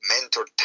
mentor